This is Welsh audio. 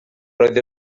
roedd